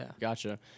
gotcha